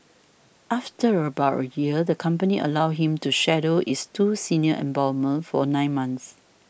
after about a year the company allowed him to shadow its two senior embalmers for nine months